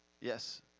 Yes